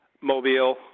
Mobile